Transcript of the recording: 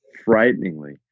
frighteningly